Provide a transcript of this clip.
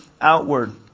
outward